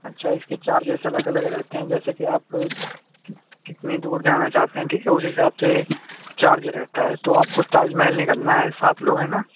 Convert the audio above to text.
اچھا اِس کے چارجز الگ الگ رہتے ہیں جیسے کہ آپ کتنی دور جانا چاہتے ہیں جی تو اُس حساب سے چارج رہتا ہے تو آپ کو تاج محل نکلنا ہے سات لوگ ہیں نا